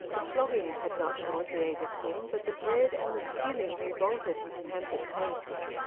the flogging had not nauseated him, but the bread and the skilly revolted his pampered tastes.